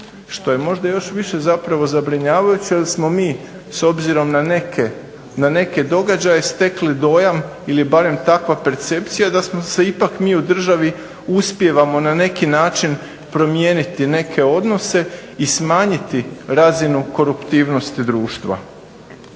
što je možda još više zabrinjavajuće jer smo mi s obzirom na neke događaje stekli dojam ili barem takva percepcija da smo se ipak mi u državi uspijevamo na neki način promijeniti neke odnose i smanjiti razinu koruptivnosti društva.